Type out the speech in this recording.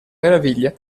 meraviglia